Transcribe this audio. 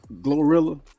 Glorilla